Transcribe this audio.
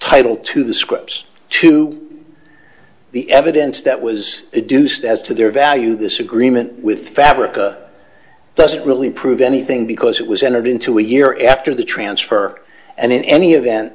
title to the scripts to the evidence that was a deuced as to their value this agreement with fabric doesn't really prove anything because it was entered into a year after the transfer and in any